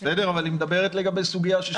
בסדר, אבל היא מדברת לגבי סוגיה ששאלתי.